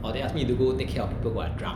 or they ask me to go take care people who are drunk